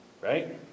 Right